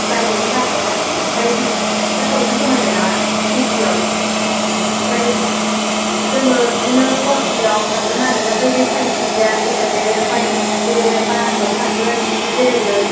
जायो जानाया ओमफ्राय फाइभ थावजेन खमायबाय नामा फिफ्टिआव ओमफ्राय जोङो बिदिनो गुवाहाटीआव थांगोन आरो ओमफ्राय बे साइन्स मिउजियाम एक'लेण्ड ओमफ्राय बे मानासावबो थांगोन बिदिनो बेरायगोन